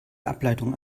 ableitung